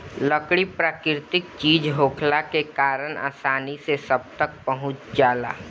लकड़ी प्राकृतिक चीज होखला के कारण आसानी से सब तक पहुँच जाला